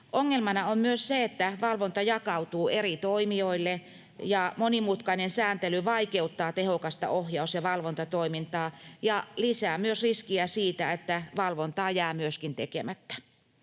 Ongelmana on myös se, että valvonta jakautuu eri toimijoille, ja monimutkainen sääntely vaikeuttaa tehokasta ohjaus- ja valvontatoimintaa ja lisää myös riskiä siitä, että valvonta jää tekemättä.